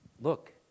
Look